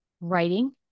writing